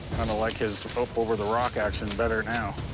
and like his up-over-the-rock action better now.